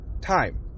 time